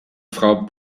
frau